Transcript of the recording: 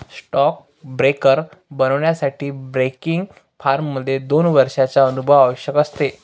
stock broker बनण्यासाठी broking firm मध्ये दोन वर्षांचा अनुभव आवश्यक असतो